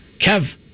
Kev